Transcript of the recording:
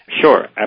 Sure